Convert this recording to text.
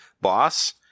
boss